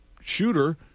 shooter